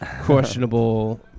questionable